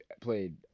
played